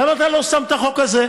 למה אתה לא שם את החוק הזה?